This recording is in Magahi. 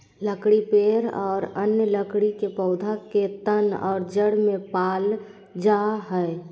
लकड़ी पेड़ और अन्य लकड़ी के पौधा के तन और जड़ में पाल जा हइ